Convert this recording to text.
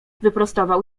wyprostował